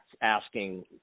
asking